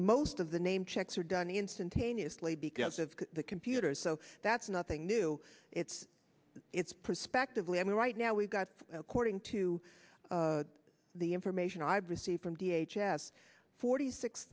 most of the name checks are done instantaneously because of the computers so that's nothing new it's it's perspective i mean right now we've got according to the information i've received from v h s forty six